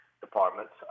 departments